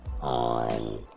on